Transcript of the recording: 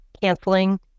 canceling